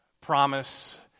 promise